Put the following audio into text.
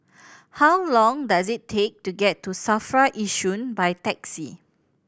how long does it take to get to SAFRA Yishun by taxi